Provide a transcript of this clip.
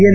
N